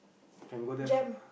can go there